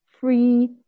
free